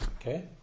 Okay